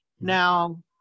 Now